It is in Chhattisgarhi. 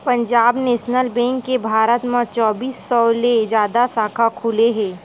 पंजाब नेसनल बेंक के भारत म चौबींस सौ ले जादा साखा खुले हे